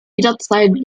jederzeit